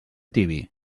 tibi